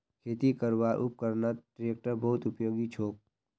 खेती करवार उपकरनत ट्रेक्टर बहुत उपयोगी छोक